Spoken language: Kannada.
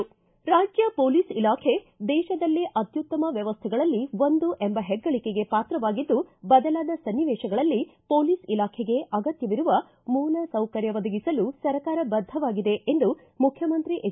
ರಾಜ್ಯ ಪೊಲೀಸ್ ಇಲಾಖೆ ದೇತದಲ್ಲೇ ಅತ್ಯುತ್ತಮ ವ್ವವಸ್ಥೆಗಳಲ್ಲಿ ಒಂದು ಎಂಬ ಹೆಗ್ಗಳಿಕೆಗೆ ಪಾತ್ರವಾಗಿದ್ದು ಬದಲಾದ ಸನ್ನಿವೇತಗಳಲ್ಲಿ ಪೊಲೀಸ್ ಇಲಾಖೆಗೆ ಅಗತ್ತವಿರುವ ಮೂಲ ಸೌಕರ್ಯ ಒದಗಿಸಲು ಸರ್ಕಾರ ಬದ್ದವಾಗಿದೆ ಎಂದು ಮುಖ್ಯಮಂತ್ರಿ ಎಚ್